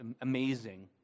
amazing